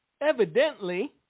Evidently